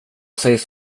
sägs